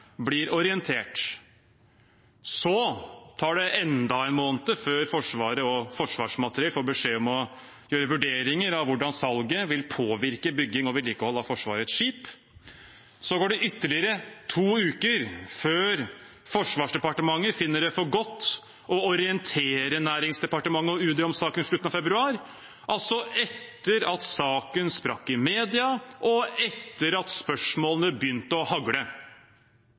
blir orientert. Så tar det enda en måned før Forsvaret og Forsvarsmateriell får beskjed om å gjøre vurderinger av hvordan salget vil påvirke bygging og vedlikehold av Forsvarets skip. Så går det ytterligere to uker før Forsvarsdepartementet finner det for godt å orientere Næringsdepartementet og Utenriksdepartementet om saken – i slutten av februar, altså etter at saken sprakk i media, og etter at spørsmålene begynte å hagle.